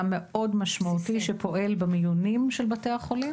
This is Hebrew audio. מאוד משמעותי שפועל במיונים של בתי החולים.